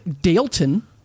Dalton